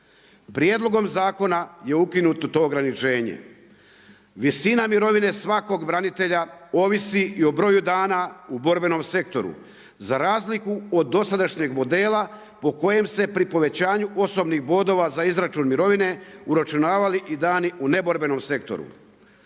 Prijedlogom zakona je ukinuto to ograničenje. Visina mirovine svakog branitelja ovisi i o broju dana u borbenom sektoru za razliku od dosadašnjeg modela pri kojem se pri povećanju osobnih bodova za izračun mirovine uračunavali i dani u neborbenom sektoru.